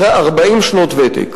אחרי 40 שנות ותק.